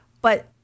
but-